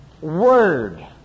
Word